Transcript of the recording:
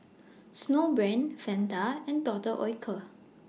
Snowbrand Fanta and Doctor Oetker